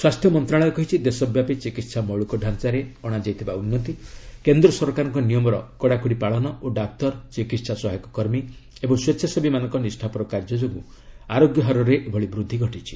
ସ୍ୱାସ୍ଥ୍ୟ ମନ୍ତ୍ରଣାଳୟ କହିଛି ଦେଶବ୍ୟାପୀ ଚିକିତ୍ସା ମୌଳିକଡାଞ୍ଚାରେ ଅଣାଯାଇଥିବା ଉନ୍ନତି କେନ୍ଦ୍ର ସରକାରଙ୍କ ନିୟମର କଡ଼ାକଡ଼ି ପାଳନ ଓ ଡାକ୍ତର ଚିକିତ୍ସା ସହାୟକ କର୍ମୀ ଓ ସ୍ୱେଚ୍ଛାସେବୀମାନଙ୍କ ନିଷ୍ଠାପର କାର୍ଯ୍ୟ ଯୋଗୁଁ ଆରୋଗ୍ୟ ହାରରେ ଏଭଳି ବୃଦ୍ଧି ଘଟିଛି